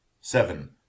Seven